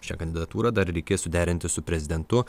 šią kandidatūrą dar reikės suderinti su prezidentu